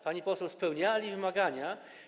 Pani poseł, spełniali wymagania.